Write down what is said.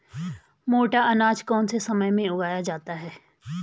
मोटा अनाज कौन से समय में उगाया जाता है?